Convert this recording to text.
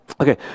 Okay